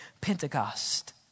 Pentecost